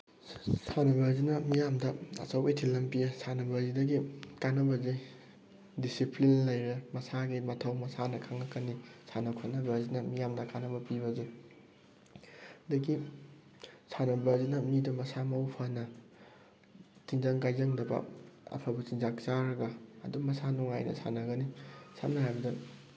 ꯁꯥꯟꯅꯕ ꯍꯥꯏꯁꯤꯅ ꯃꯤꯌꯥꯝꯗ ꯑꯆꯧꯕ ꯏꯊꯤꯜ ꯑꯃ ꯄꯤꯌꯦ ꯁꯥꯟꯅꯕ ꯍꯥꯏꯁꯤꯗꯒꯤ ꯀꯥꯟꯅꯕꯁꯦ ꯗꯤꯁꯤꯄ꯭ꯂꯤꯟ ꯂꯩꯔꯦ ꯃꯁꯥꯒꯤ ꯃꯊꯧ ꯃꯁꯥꯅ ꯈꯪꯉꯛꯀꯅꯤ ꯁꯥꯟꯅ ꯈꯣꯠꯅꯕ ꯍꯥꯏꯁꯤꯅ ꯃꯤꯌꯥꯝꯗ ꯀꯥꯟꯅꯕ ꯄꯤꯕ ꯑꯗꯒꯤ ꯁꯥꯟꯅꯕꯗꯨꯅ ꯃꯤꯗꯨ ꯃꯁꯥ ꯃꯎ ꯐꯅ ꯇꯤꯟꯖꯪ ꯀꯥꯏꯖꯪꯗꯕ ꯑꯐꯕ ꯆꯤꯟꯖꯥꯛ ꯆꯥꯔꯒ ꯑꯗꯨꯝ ꯃꯁꯥ ꯅꯨꯡꯉꯥꯏꯅ ꯁꯥꯟꯅꯒꯅꯤ ꯁꯝꯅ ꯍꯥꯏꯔꯕꯗ